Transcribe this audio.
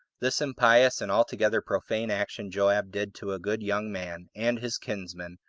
this impious and altogether profane action joab did to a good young man, and his kinsman,